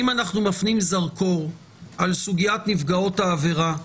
אם אנחנו מפנים זרקור על סוגיית נפגעות העבירה,